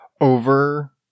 over